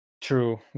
True